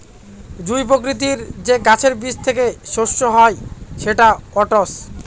জুঁই প্রকৃতির যে গাছের বীজ থেকে শস্য হয় সেটা ওটস